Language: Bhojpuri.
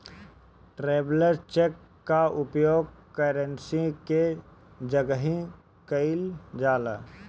ट्रैवलर चेक कअ उपयोग करेंसी के जगही कईल जाला